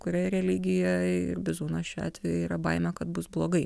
kuriai religija ir bizūnas šiuo atveju yra baimė kad bus blogai